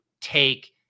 take